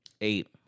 Eight